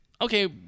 okay